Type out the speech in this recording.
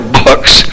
books